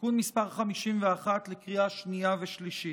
(תיקון מס' 51) בקריאה שנייה ושלישית.